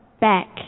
back